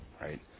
right